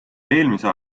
eelmise